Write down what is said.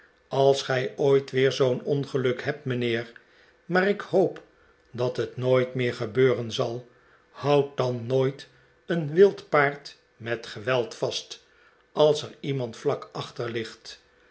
als gij ooit weer zoo'n ongeluk hebt mijnheer maar ik hoop dat het nooit meer gebeuren zal houd dan nooit een wild paard met geweld vast als er iemand vlak achter ligt